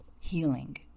healing